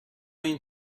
این